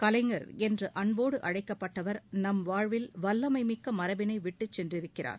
கலைஞர் என்று அன்போடு அழைக்கப்பட்டவர் நம் வாழ்வில் வல்லனமிக்க மரபினை விட்டுச் சென்றிருக்கிறார்